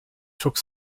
took